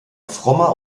frommer